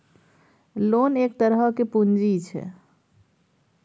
loan एक तरहक पुंजी छै